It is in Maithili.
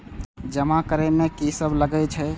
जमा करे में की सब लगे छै?